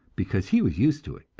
because he was used to it,